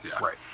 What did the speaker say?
right